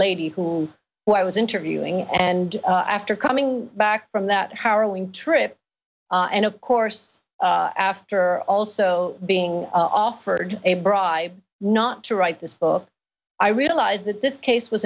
lady who i was interviewing and after coming back from that harrowing trip and of course after also being offered a bribe not to write this book i realized that this case was